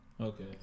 Okay